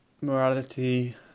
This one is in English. morality